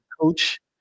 coach